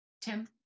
Tim